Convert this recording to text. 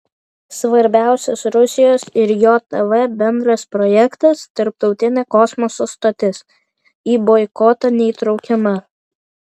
svarbiausias rusijos ir jav bendras projektas tarptautinė kosmoso stotis į boikotą neįtraukiama